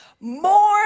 more